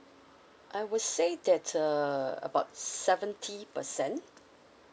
I would say that err about seventy percent